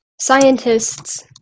scientists